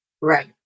Right